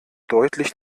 deutlich